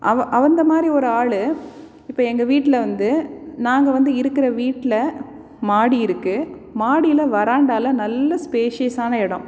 அந்தமாதிரி ஒரு ஆள் இப்போ எங்கள் வீட்டில் வந்து நாங்கள் வந்து இருக்கிற வீட்டில் மாடி இருக்கு மாடியில் வராண்டாவில் நல்ல ஸ்பேஷியஸான எடம்